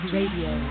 Radio